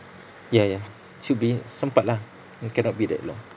ya ya should be sempat lah it cannot be that long